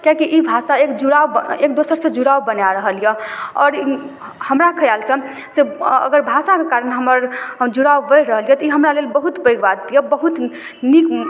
कियाकि ई भाषा एक जुड़ाव एक दोसरसँ जुड़ाव बना रहल अइ आओर हमरा खिआलसँ अगर भाषाके कारण हमर जुड़ाव बढ़ि रहल अइ तऽ ई हमरा लेल बहुत पैघ बात अइ बहुत नीक